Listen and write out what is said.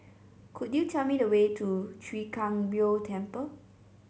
could you tell me the way to Chwee Kang Beo Temple